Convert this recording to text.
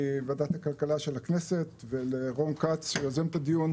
חברת הכלכלה של הכנסת ולרון כץ שיוזם את הדיון,